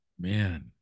Man